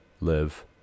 live